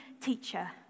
teacher